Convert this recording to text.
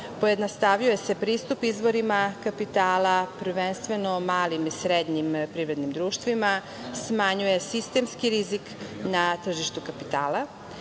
Pojednostavljuje se pristup izvorima kapitala, prvenstveno malim i srednjim privrednim društvima, smanjuje sistemski rizik na tržištu kapitala.